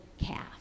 calf